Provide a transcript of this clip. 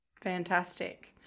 Fantastic